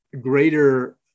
greater